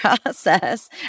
process